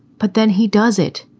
but then he does it.